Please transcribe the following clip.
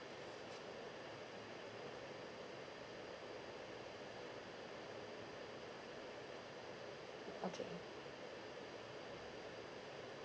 okay